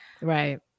right